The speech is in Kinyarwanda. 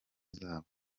zabo